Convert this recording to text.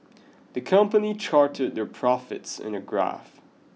the company charted their profits in a graph